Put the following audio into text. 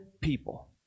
people